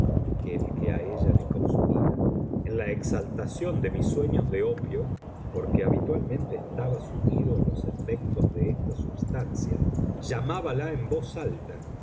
que a ella la consumía en la exaltación de mis sueños de opio porque habitualmente estaba sumido en los efectos de esta substancia llamábala en voz alta